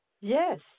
yes